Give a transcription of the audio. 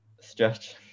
stretch